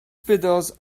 pedals